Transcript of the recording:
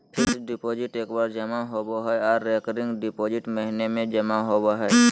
fixed deposit एक बार जमा होबो हय आर रेकरिंग डिपॉजिट महीने में जमा होबय हय